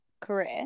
career